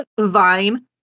Vine